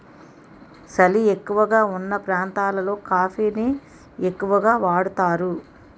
సలి ఎక్కువగావున్న ప్రాంతాలలో కాఫీ ని ఎక్కువగా వాడుతారు